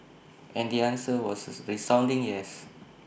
and the answer was A resounding yes